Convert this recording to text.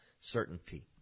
certainty